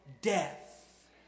death